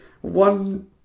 one